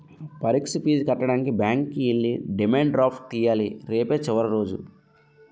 పరీక్ష ఫీజు కట్టడానికి బ్యాంకుకి ఎల్లి డిమాండ్ డ్రాఫ్ట్ తియ్యాల రేపే చివరి రోజు